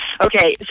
Okay